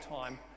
time